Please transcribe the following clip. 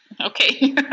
Okay